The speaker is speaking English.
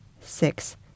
six